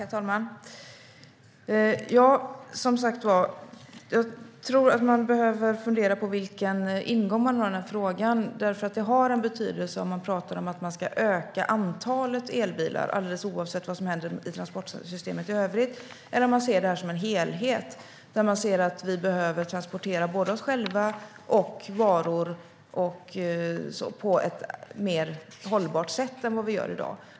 Herr talman! Som sagt tror jag att man behöver fundera på vilken ingång man har i frågan. Det har betydelse om man talar om att man ska öka antalet elbilar alldeles oavsett vad som händer i transportsystemet i övrigt eller om man ser detta som en helhet. Då ser man att vi behöver transportera både oss själva och varor på ett mer hållbart sätt än vad vi gör i dag.